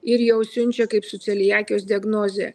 ir jau siunčia kaip su celiakijos diagnoze